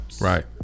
Right